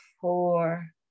four